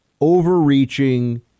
overreaching